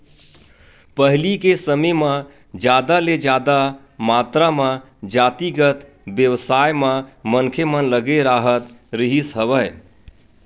पहिली के समे म जादा ले जादा मातरा म जातिगत बेवसाय म मनखे मन लगे राहत रिहिस हवय